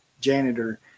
janitor